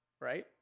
Right